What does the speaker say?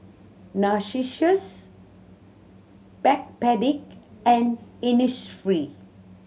Narcissus Backpedic and Innisfree